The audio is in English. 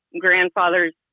grandfather's